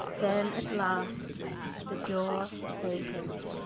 then at last the door opened.